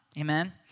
Amen